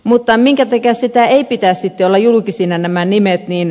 mutta minkä takia ei pitäisi olla julkisia näiden nimien